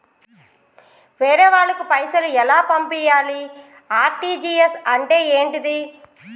వేరే వాళ్ళకు పైసలు ఎలా పంపియ్యాలి? ఆర్.టి.జి.ఎస్ అంటే ఏంటిది?